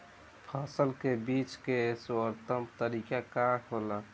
फसल के बेचे के सर्वोत्तम तरीका का होला?